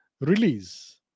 release